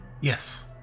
Yes